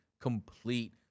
complete